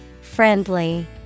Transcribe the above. Friendly